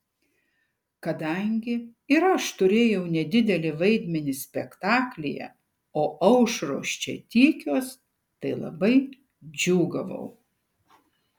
kadangi ir aš turėjau nedidelį vaidmenį spektaklyje o aušros čia tykios tai labai džiūgavau